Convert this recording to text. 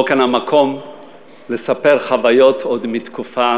לא כאן המקום לספר חוויות עוד מהתקופה